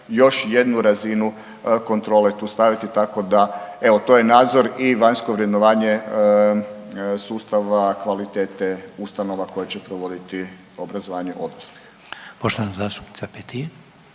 još jednu razinu kontrole tu staviti tako da evo to je nadzor i vanjsko vrednovanje sustava kvalitete ustanova koje će provoditi obrazovanje odraslih. **Reiner, Željko